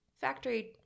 factory